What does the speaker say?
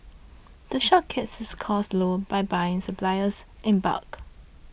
the shop keeps its costs low by buying its suppliers in bulk